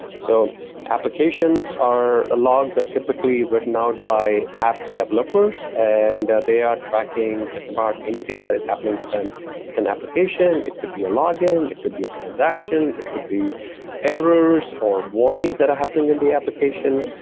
so applications or logs are typically written out by app developers and they are tracking just about anything that is happening within but an application. it could be a login. it could be a transaction. it could be errors or warnings that are happening in the application.